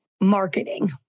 marketing